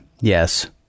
yes